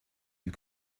you